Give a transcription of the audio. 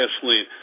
gasoline